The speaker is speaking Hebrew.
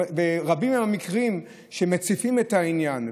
רבים הם המקרים שמציפים את העניין,